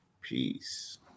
Peace